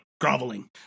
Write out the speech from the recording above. groveling